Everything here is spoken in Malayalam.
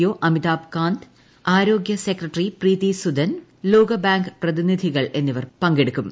ഒ അമിതാഭ് കാന്ത് ആരോഗ്യ സെക്രട്ടറി പ്രീതി സുദൻ ലോകബാങ്ക് പ്രതിനിധികൾ എന്നിവർ പങ്കെടുക്കും